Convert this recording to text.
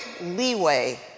leeway